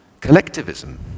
collectivism